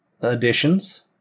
additions